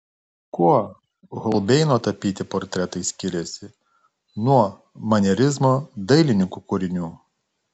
kuo holbeino tapyti portretai skiriasi nuo manierizmo dailininkų kūrinių